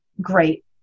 great